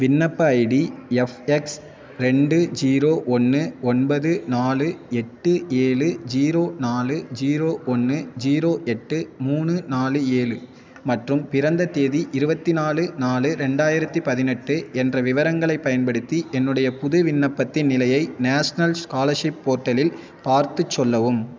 விண்ணப்ப ID FX ரெண்டு zero ஒன்று ஒன்பது நாலு எட்டு ஏழு ஜீரோ நாலு ஜீரோ ஒன்று ஜீரோ எட்டு மூணு நாலு ஏழு மற்றும் பிறந்த தேதி இருபத்தி நாலு நாலு ரெண்டாயிரத்தி பதினெட்டு என்ற விவரங்களைப் பயன்படுத்தி என்னுடைய புது விண்ணப்பத்தின் நிலையை நேஷ்னல் ஸ்காலர்ஷிப் போர்ட்டலில் பார்த்துச் சொல்லவும்